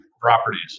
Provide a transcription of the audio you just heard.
properties